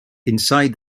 inside